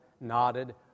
nodded